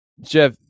Jeff